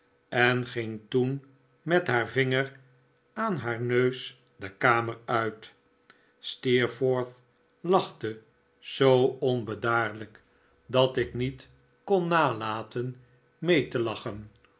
en ging toen met haar vinger aan haar neus de kamer uit steerforth lachte zoo onbedaarlijk dat ik niet kon nalaten mee te lachen